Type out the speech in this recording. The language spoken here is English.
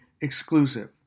exclusive